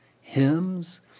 hymns